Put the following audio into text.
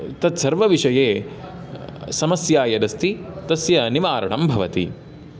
तत्सर्वविषये समस्या यदस्ति तस्य निवारणं भवति